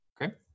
Okay